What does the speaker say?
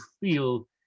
feel